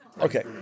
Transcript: Okay